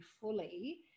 fully